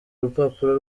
rupapuro